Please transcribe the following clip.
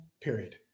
Period